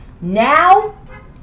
Now